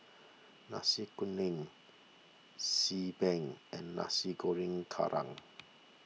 Nasi Kuning Xi Ban and Nasi Goreng Kerang